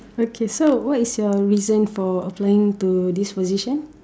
okay so what is your reason for applying to this position